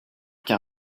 qu’un